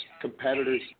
competitors